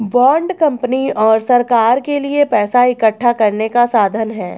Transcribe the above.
bond company और सरकार के लिए पैसा इकठ्ठा करने का साधन है